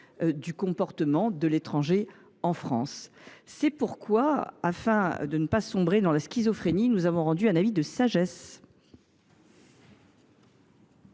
du comportement de l’étranger en France. C’est pourquoi, afin de ne pas sombrer dans la schizophrénie, la commission a émis un avis de sagesse